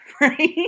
Right